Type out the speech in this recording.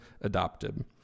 adopted